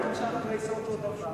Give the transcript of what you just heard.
אבל אצלנו המצע וההתנהלות זה אותו דבר.